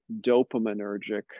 dopaminergic